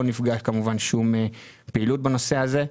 לא נפגעה כמובן שום פעילות בנושא הזה.